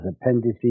appendices